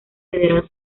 federal